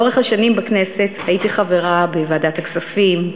לאורך השנים בכנסת הייתי חברה בוועדת הכספים,